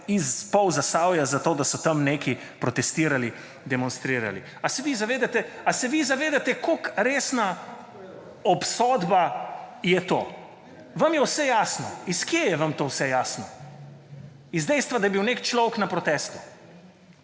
iz pol Zasavja, zato da so tam neki protestirali, demonstrirali.« Ali se zavedate, ali se vi zavedate, koliko resna obsodba je to? Vam je vse jasno. Iz kje je vam to vse jasno? Iz dejstva, da je bil nek človek na protestu.